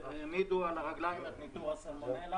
העמידו על הרגליים את ניטור הסלמונלה